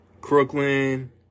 Crooklyn